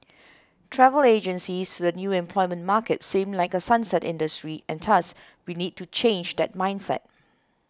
travel agencies to the new employment market seem like a sunset industry and thus we need to change that mindset